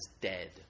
dead